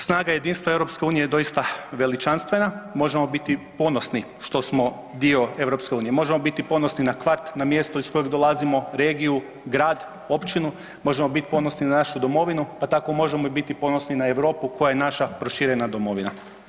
Snaga jedinstva EU je doista veličanstvena, možemo biti ponosni što smo dio EU, možemo biti ponosni na kvart, na mjesto iz kojeg dolazimo, regiju, grad, općinu, možemo biti ponosni na našu domovinu, pa tako i možemo biti ponosni na Europu koja je naša proširena domovina.